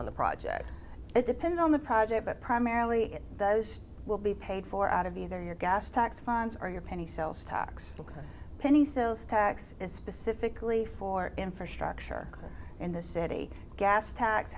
on the project it depends on the project but primarily those will be paid for out of either your gas tax funds are your penny sell stocks look a penny sales tax specifically for infrastructure in the city gas tax